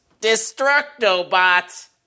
Destructobot